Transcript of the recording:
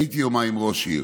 הייתי יומיים ראש עיר.